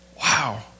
Wow